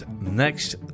next